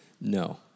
no